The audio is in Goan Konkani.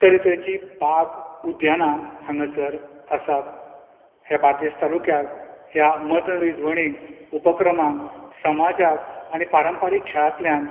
तरेतरेची बाग उद्ध्याना हांगासर आसात ह्या बार्देस तालुक्याक ह्या मनरिजवणेक उपक्रमाक समाजाक आनी पारंपारीक खेळांतल्यान